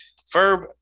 Ferb